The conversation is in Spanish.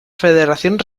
federación